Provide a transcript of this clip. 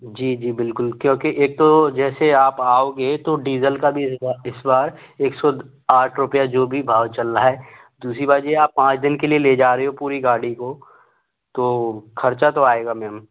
जी जी बिल्कुल क्योंकि एक तो जैसे आप आओगे तो डीज़ल का भी इस बार इस बार एक सौ आठ रुपये जो भी भाव चल रहा है दूसरी बात यह आप पाँच दिन के लिए ले जा रहे हो पूरी गाड़ी का तो ख़र्च तो आएगा मैम